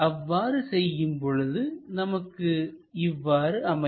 அவ்வாறு செய்யும் பொழுது நமக்கு இவ்வாறு அமையும்